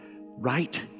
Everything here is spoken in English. Right